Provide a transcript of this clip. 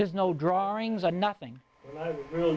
there's no drawings or nothing real